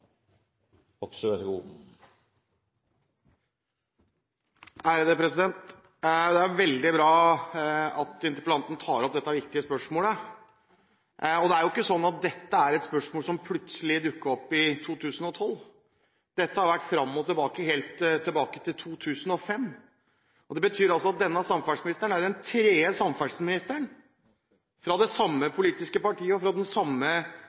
ikke sånn at dette er et spørsmål som plutselig dukket opp i 2012. Dette har vært fram og tilbake helt tilbake til 2005. Det betyr altså at denne samferdselsministeren er den tredje samferdselsministeren, fra det samme politiske parti og fra de samme